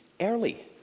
early